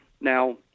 Now